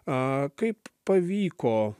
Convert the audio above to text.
a kaip pavyko